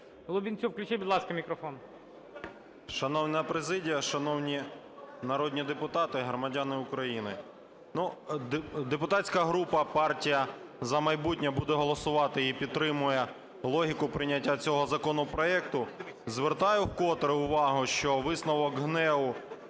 Шановна президія, шановні народні депутати, громадяни України! Депутатська група партія "За майбутнє" буде голосувати і підтримує логіку прийняття цього законопроекту. Звертаю вкотре увагу, що висновок ГНЕУ: